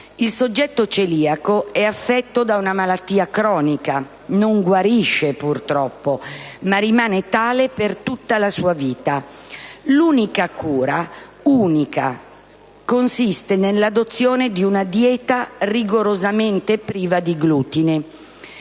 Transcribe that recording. Il soggetto celiaco è affetto da una malattia cronica, non guarisce purtroppo, ma rimane tale per tutta la sua vita. L'unica - ripeto l'unica - cura consiste nell'adozione di una dieta rigorosamente priva di glutine.